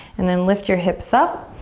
and then lift your hips up.